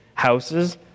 houses